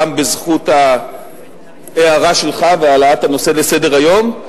גם בזכות ההערה שלך והעלאת הנושא לסדר-היום,